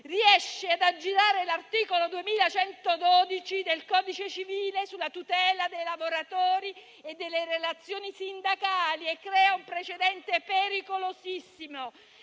riesce ad aggirare l'articolo 2112 del codice civile sulla tutela dei lavoratori e delle relazioni sindacali. Si crea un precedente pericolosissimo,